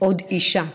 עוד אישה.